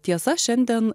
tiesa šiandien